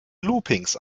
loopings